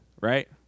right